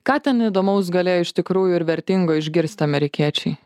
ką ten įdomaus galėjo iš tikrųjų ir vertingo išgirst amerikiečiai